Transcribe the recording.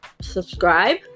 subscribe